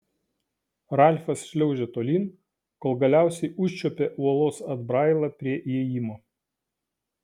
ralfas šliaužė tolyn kol galiausiai užčiuopė uolos atbrailą prie įėjimo